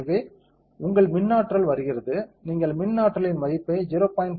எனவே உங்கள் மின் ஆற்றல் வருகிறது நீங்கள் மின் ஆற்றலின் மதிப்பை 0